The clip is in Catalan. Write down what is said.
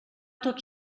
tot